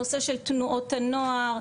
הנושא של תנועות הנוער,